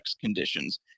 conditions